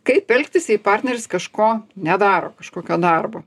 kaip elgtis jei partneris kažko nedaro kažkokio darbo